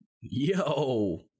Yo